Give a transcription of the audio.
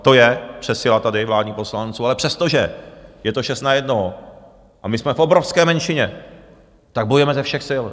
To je přesila tady vládních poslanců, ale přestože je to šest na jednoho a my jsme v obrovské menšině, tak bojujeme ze všech sil!